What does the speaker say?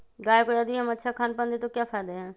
गाय को यदि हम अच्छा खानपान दें तो क्या फायदे हैं?